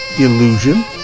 Illusion